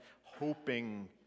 hoping